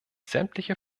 sämtliche